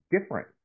different